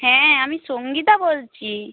হ্যাঁ আমি সঙ্গীতা বলছি